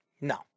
No